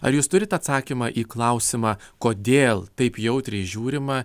ar jūs turit atsakymą į klausimą kodėl taip jautriai žiūrima